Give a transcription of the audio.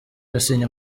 yasinye